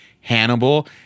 Hannibal